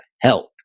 health